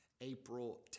April